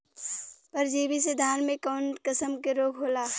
परजीवी से धान में कऊन कसम के रोग होला?